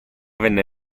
venne